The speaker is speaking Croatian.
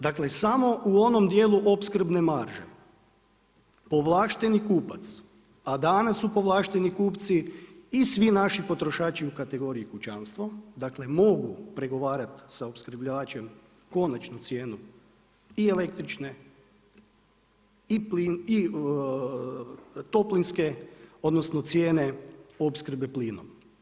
Dakle, samo u onom dijelu opskrbne marže, ovlašteni kupac a danas su povlašteni kupci i svi naši potrošači kategoriji kućanstvo, dakle, mogu pregovarati sa opskrbljivačem konačnu cijenu i električne i toplinske, odnosno, cijene opskrbe plinom.